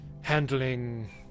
handling